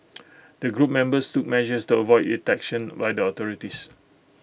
the group members took measures to avoid detection by the authorities